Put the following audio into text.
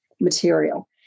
material